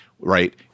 Right